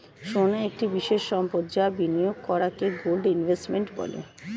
সোনা একটি বিশেষ সম্পদ যা বিনিয়োগ করাকে গোল্ড ইনভেস্টমেন্ট বলে